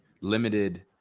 limited